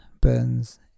burns